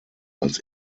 als